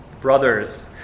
Brothers